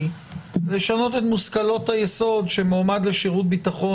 לשנות את מושכלות היסוד של מועמד לשירות ביטחון,